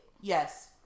Yes